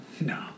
No